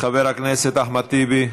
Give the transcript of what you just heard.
חבר הכנסת אחמד טיבי,